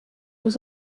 was